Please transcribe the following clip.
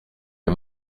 her